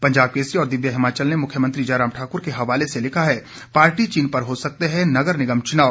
पंजाब केसरी और दिव्य हिमाचल ने मुख्यमंत्री जयराम ठाक्र के हवाले से लिखा है पार्टी चिन्ह पर हो सकते हैं नगर निगम चुनाव